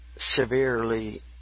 severely